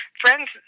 friends